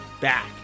back